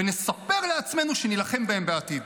ונספר לעצמנו שנילחם בהם בעתיד,